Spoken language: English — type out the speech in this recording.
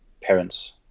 parents